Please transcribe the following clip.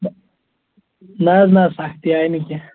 نَہ حظ نَہ سختی آیہِ نہٕ کینٛہہ